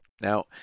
Now